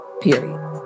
Period